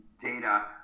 data